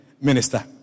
minister